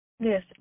yes